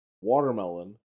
watermelon